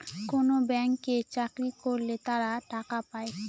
কোনো ব্যাঙ্কে চাকরি করলে তারা টাকা পায়